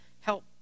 Help